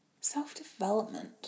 Self-development